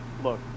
look